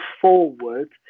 forward